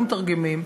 ולמתרגמים,